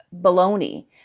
baloney